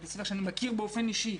בתי ספר שאני מכיר באופן אישי,